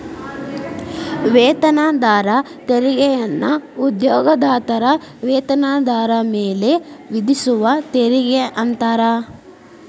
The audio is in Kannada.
ವೇತನದಾರ ತೆರಿಗೆಯನ್ನ ಉದ್ಯೋಗದಾತರ ವೇತನದಾರ ಮೇಲೆ ವಿಧಿಸುವ ತೆರಿಗೆ ಅಂತಾರ